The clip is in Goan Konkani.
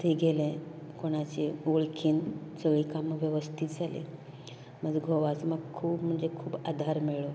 थंय गेले कोणाचे वळखीन सगळीं कामां वेवस्थीत जाली म्हाजो घोवाचो म्हाका खूब म्हणजे खूब आदार मेळ्ळो